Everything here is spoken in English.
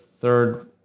third